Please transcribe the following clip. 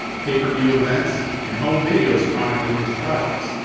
pay-per-view events and home videos chronicling his projects.